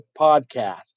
podcast